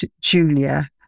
JULIA